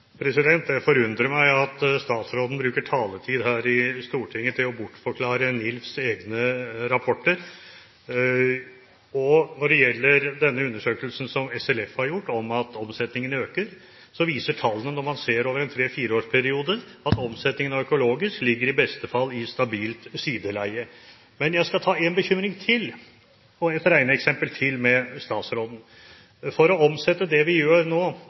forundrer meg at statsråden bruker taletid her i Stortinget til å bortforklare NILFs egne rapporter. Når det gjelder denne undersøkelsen som SLF har gjort, at omsetningen øker, viser tallene, når man ser dem over en 3–4-årsperiode, at omsetningen av økologiske varer i beste fall ligger i stabilt sideleie. Men jeg skal ta en bekymring og et regneeksempel til med statsråden. For å omsette det vi gjør nå,